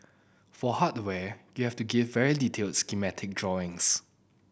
for hardware you have to give very detailed schematic drawings